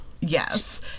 Yes